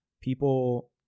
people